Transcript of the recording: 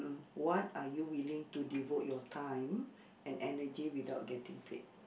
what are you willing to devote your time and energy without getting paid